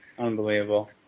Unbelievable